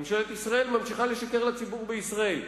ממשלת ישראל ממשיכה לשקר לציבור בישראל.